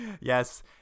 Yes